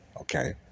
okay